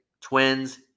Twins